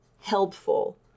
helpful